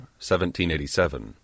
1787